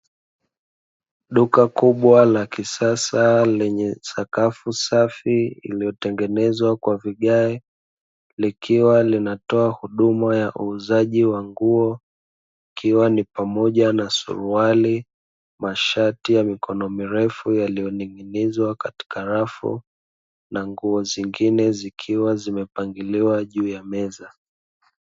Duka kubwa la kisasa lenye sakafu safi iliyotengenezwa kwa vigae likiwa linatoa huduma ya uuzaji wa nguo. Ikiwa ni pamoja na suruali, mashati ya mikono mirefu yaliyoning'inizwa katika rafu, na nguo zingine zikiwa zimepangiliwa juu ya meza.